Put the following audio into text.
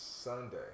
Sunday